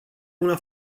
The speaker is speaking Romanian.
una